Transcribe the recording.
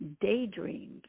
Daydream